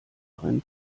einen